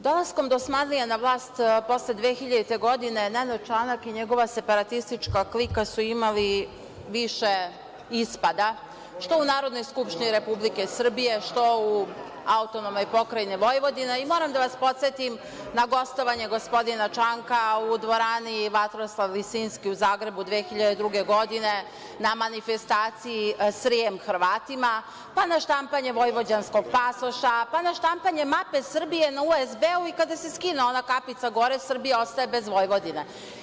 Dolaskom dosmanlija na vlast posle 2000. godine Nenad Čanak i njegova separatistička klika su imali više ispada, što u Narodnoj skupštini Republike Srbije, što u AP Vojvodina i moram da vas podsetim na gostovanje gospodina Čanka u dvorani Vatroslav Visinski u Zagrebu 2002. godine na manifestaciji – Srjem Hrvatima, pa na štampanje vojvođanskog pasoša, pa na štampanje mape Srbije na usb i kada se skine ona kapica gore Srbija ostaje bez Vojvodine.